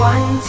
One